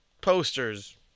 posters